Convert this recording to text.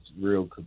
real